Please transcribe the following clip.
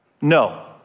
No